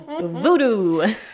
Voodoo